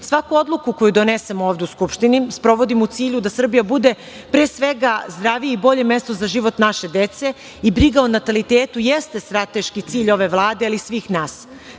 odluku koju donesemo ovde u Skupštini sprovodimo u cilju da Srbija bude pre svega zdravije i bolje mesto za život naše dece i briga o natalitetu jeste strateški cilj ove Vlade, ali i svih nas.